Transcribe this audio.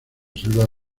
selva